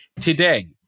today